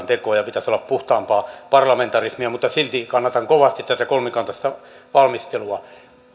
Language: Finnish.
tekoon ja pitäisi olla puhtaampaa parlamentarismia mutta silti kannatan kovasti tätä kolmikantaista valmistelua